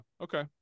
okay